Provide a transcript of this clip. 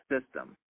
system